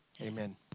amen